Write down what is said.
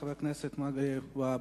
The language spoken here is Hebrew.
חבר הכנסת מגלי והבה.